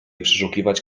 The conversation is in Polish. przeszukiwać